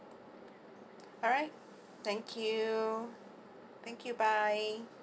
alright thank you thank you bye